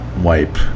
Wipe